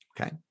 Okay